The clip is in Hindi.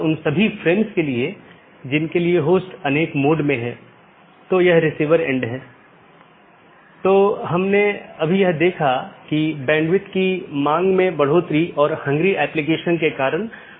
कुछ और अवधारणाएं हैं एक राउटिंग पॉलिसी जो महत्वपूर्ण है जोकि नेटवर्क के माध्यम से डेटा पैकेट के प्रवाह को बाधित करने वाले नियमों का सेट है